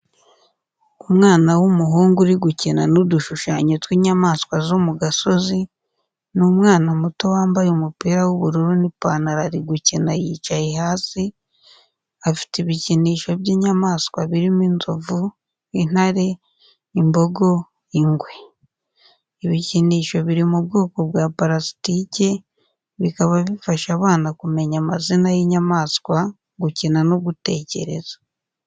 Umwana w'umuhungu uri gukina n’udushushanyo tw’inyamaswa zo mu gasozi, ni umwana muto wambaye umupira w’ubururu n’ipantaro ari gukina yicaye hasi, afite ibikinisho by’inyamaswa birimo inzovu, intare, imbogo, ingwe. Ibikinisho biri mu bwoko bwa parasitike, bikaba bifasha abana kumenya amazina y’inyamaswa gukina no gutekereza.